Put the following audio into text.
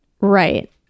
Right